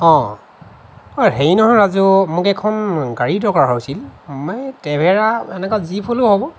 অঁ অ' হেৰি নহয় ৰাজু মোক এখন গাড়ী দৰকাৰ হৈছিল এই ট্ৰেভেলাৰ এনেকুৱা জীপ হ'লেও হ'ব